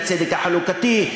לצדק החלוקתי,